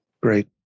Great